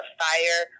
fire